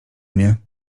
mnie